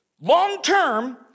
long-term